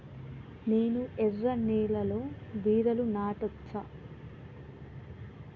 నేను ఎర్ర నేలలో బీరలు నాటచ్చా?